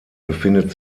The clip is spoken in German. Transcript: befindet